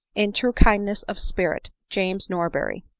in true kindness of spirit, james norberry.